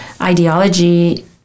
ideology